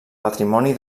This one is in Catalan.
patrimoni